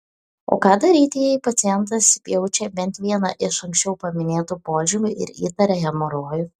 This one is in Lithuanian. o ką daryti jei pacientas jaučia bent vieną iš anksčiau paminėtų požymių ir įtaria hemorojų